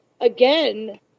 again